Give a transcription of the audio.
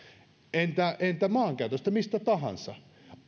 entä entä maankäytöstä mistä tahansa